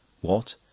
What